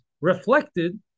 reflected